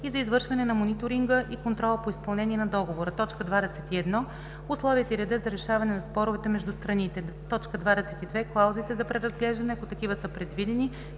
и за извършване на мониторинга и контрола по изпълнение на договора; 21. условията и реда за решаване на споровете между страните; 22. клаузите за преразглеждане, ако такива са предвидени,